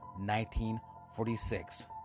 1946